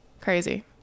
Crazy